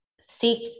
seek